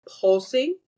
pulsing